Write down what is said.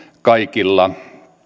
kaikilla